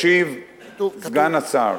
ישיב סגן השר.